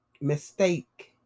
mistake